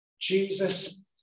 Jesus